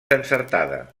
encertada